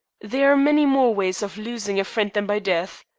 there are many more ways of losing a friend than by death.